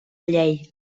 llei